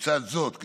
לצד זאת,